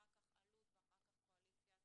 אחר כך אלו"ט ואחר כך קואליציית